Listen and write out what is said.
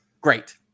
great